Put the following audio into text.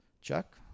Chuck